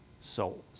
souls